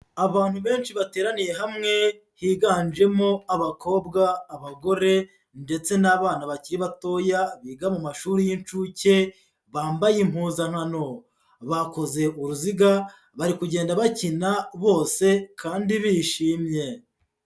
Abantu benshi bateraniye hamwe, higanjemo abakobwa, abagore ndetse n'abana bakiri batoya biga mu mashuri y'incuke bambaye impuzankano, bakoze uruziga bari kugenda bakina bose kandi bishimye.